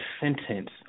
sentence